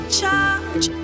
charge